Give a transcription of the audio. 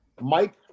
Mike